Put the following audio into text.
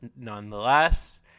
nonetheless